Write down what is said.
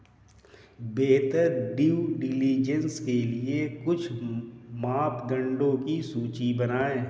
बेहतर due diligence के लिए कुछ मापदंडों की सूची बनाएं?